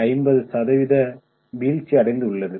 50 சதவீத வீழ்ச்சியடைந்துள்ளது